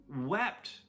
wept